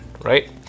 right